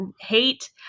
hate